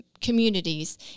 communities